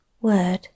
word